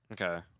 Okay